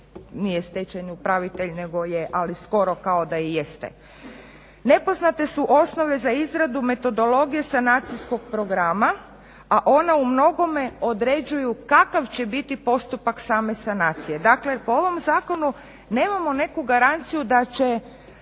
nije stečajni upravitelj ako skoro kao da i jeste? Nepoznate su osnove za izradu metodologije sanacijskog programa, a one u mnogome određuju kakav će biti postupak same sanacije. Dakle po ovom zakonu nemamo neku garanciju da će